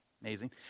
amazing